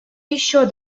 еще